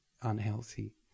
unhealthy